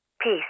Peace